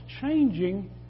changing